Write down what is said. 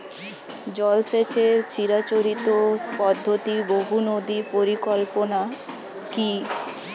জল সেচের চিরাচরিত পদ্ধতি বহু নদী পরিকল্পনা কি?